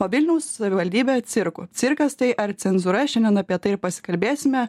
o vilniaus savivaldybė cirkų cirkas tai ar cenzūra šiandien apie tai ir pasikalbėsime